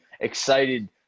excited